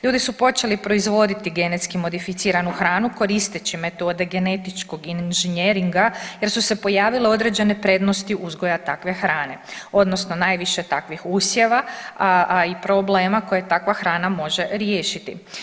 Ljudi su počeli proizvoditi GMO hranu koristeći metode genetičkog inženjeringa jer su se pojavile određene prednosti uzgoja takve hrane odnosno najviše takvih usjeva, a i problema koje takva hrana može riješiti.